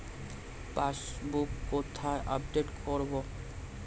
Passbook কোথায় update করব?